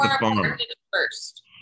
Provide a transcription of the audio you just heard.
first